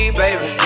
baby